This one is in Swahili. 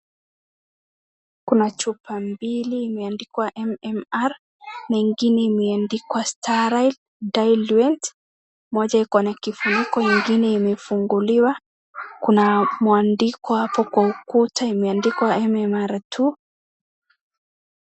Kuna chupa mbili imeandikwa MMR na ingine imeandikwa Starite diluent . Moja iko na kifuniko, ingine imefunguliwa. Kuna mwandiko hapo kwa ukuta imeandikwa MMR two .